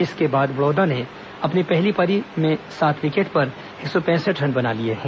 इसके बाद बड़ौदा ने अपनी पहली पारी में सात विकेट पर एक सौ पैंसठ रन बना लिए हैं